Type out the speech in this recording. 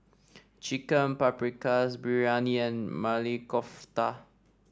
Chicken Paprikas Biryani and Maili Kofta